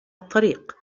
الطريق